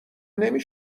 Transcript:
نمی